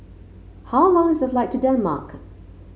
how long is the flight to Denmark